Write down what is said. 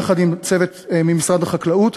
יחד עם צוות ממשרד החקלאות,